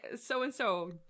so-and-so